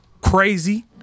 crazy